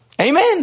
Amen